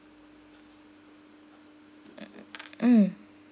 mm